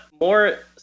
more